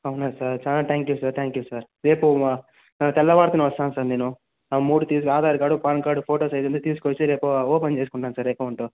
అవునా సార్ చాలా thank you sir thank you sir రేపు మా తెల్లవారుతూనే వస్తాను సార్ నేను మూడు తీసుకో Aadhaar card PAN card photo size అంతా తీసుకొచ్చి రేపు ఓపెన్ చేసుకుంటాను సార్ అకౌంట్